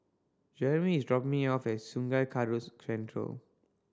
Jerimy is dropping me off at Sungai Central